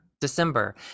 December